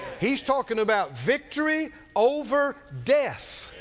he's talking about victory over death.